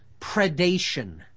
predation